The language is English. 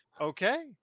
Okay